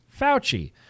Fauci